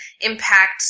impact